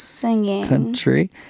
country